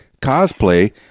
cosplay